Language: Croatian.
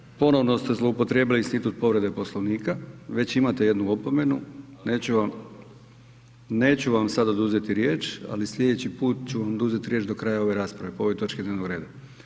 Kolega Maras ponovno ste zloupotrijebili institut povrede Poslovnika, već imate jednu opomenu, neću vam, neću vam sad oduzeti riječ, ali slijedeći puta ću vam oduzeti riječ do kraja ove rasprave po ovoj točki dnevnog reda.